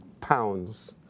pounds